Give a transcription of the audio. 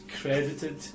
credited